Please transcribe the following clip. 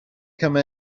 come